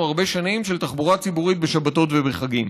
הרבה שנים של תחבורה ציבורית בשבתות ובחגים.